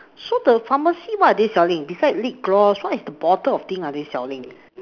so the pharmacy what are they selling beside lip gloss what is the bottle of thing are they selling